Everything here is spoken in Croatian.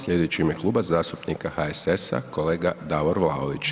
Slijedeći u ime Kluba zastupnika HSS-a kolega Davor Vlaović.